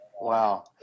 Wow